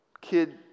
kid